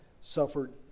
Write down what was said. suffered